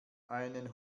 einen